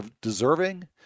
deserving